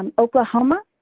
um oklahoma,